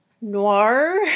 noir